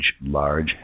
large